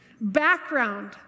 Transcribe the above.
background